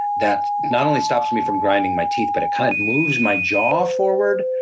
that not only stops me from grinding my teeth, but it kind of moves my jaw forward,